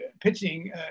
pitching